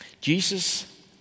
Jesus